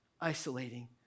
isolating